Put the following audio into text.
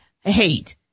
hate